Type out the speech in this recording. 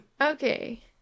Okay